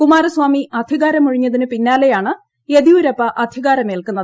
കുമാരസ്വാമി അധികാരമൊഴിഞ്ഞതിനു പിന്നാലെയാണ് യദിയൂരപ്പ അധികാരമേൽക്കുന്നത്